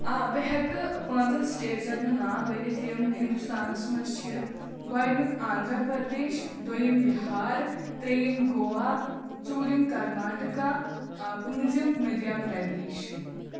آ بہٕ ہٮ۪کہٕ پانٛژَن سِٹیٹن ہُنٛد ناو ؤنِتھ یِم ہِنٛدوٗستانَس منٛز چھےٚ گۄڈٕنیُک آندھرا پردیش دوٚیِم بِہار ترٛیٚیِم گووا ژوٗرِم کَرناٹکا آ پٲنٛژِم مدھیہ پردیش